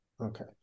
okay